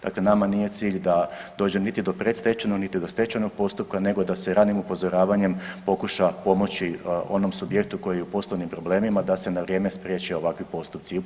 Dakle, nama nije cilj da dođe niti do predstečajnog niti do stečajnog postupka nego da se ranim upozoravanjem pokuša pomoći onom subjektu koji je u poslovnim problemima da se na vrijeme spriječe ovakvi postupci.